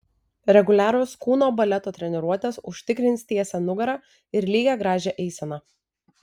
reguliarios kūno baleto treniruotės užtikrins tiesią nugarą ir lygią gražią eiseną